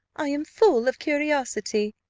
i am full of curiosity,